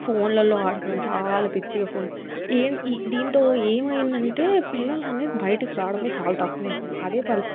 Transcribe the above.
ఫోన్లలో ఆడుకోవడం చాలా పిచ్చిగా ఫోన్ ఈ దీంతో ఏమైందంటే పిల్లలు అనేది బయటికి రావడమే చాలా తక్కువ అయిపోయింది అదే పల్లె